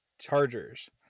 Chargers